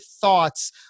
thoughts